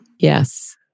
Yes